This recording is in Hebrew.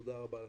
תודה רבה לך.